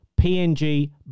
PNG